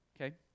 Okay